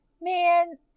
Man